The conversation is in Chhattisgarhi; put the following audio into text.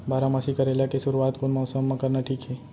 बारामासी करेला के शुरुवात कोन मौसम मा करना ठीक हे?